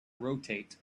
rotate